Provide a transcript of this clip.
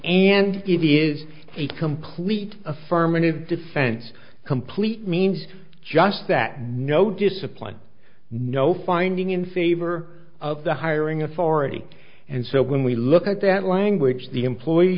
and it is a complete affirmative defense complete means just that no discipline no finding in favor of the hiring authority and so when we look at that language the employee